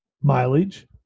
mileage